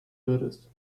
würdest